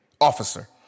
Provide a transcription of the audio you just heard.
officer